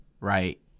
right